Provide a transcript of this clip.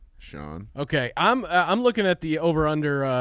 sean ok. i'm i'm looking at the over under